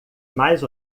mas